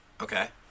Okay